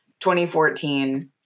2014